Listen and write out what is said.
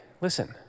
listen